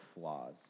flaws